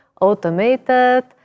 automated